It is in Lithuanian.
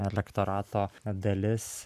elektorato dalis